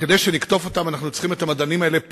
וכדי שנקטוף אותם אנחנו צריכים את המדענים האלה פה,